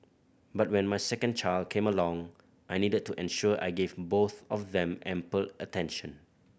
but when my second child came along I needed to ensure I gave both of them ample attention